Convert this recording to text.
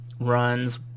runs